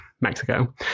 Mexico